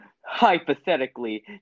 Hypothetically